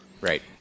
Right